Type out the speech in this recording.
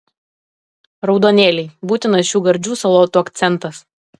raudonėliai būtinas šių gardžių salotų akcentas